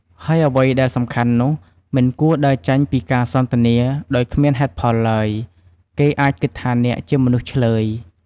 ហើយអ្វីដែលសំខាន់នោះ មិនគួរដើរចេញពីការសន្ទនា ដោយគ្មានហេតុផលឡើយ គេអាចគិតថាអ្នកជាមនុស្សឈ្លើយ។